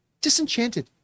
Disenchanted